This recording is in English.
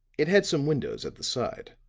it had some windows at the side,